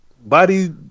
body